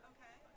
Okay